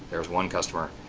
there's one customer.